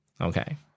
Okay